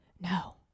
No